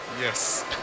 Yes